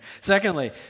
Secondly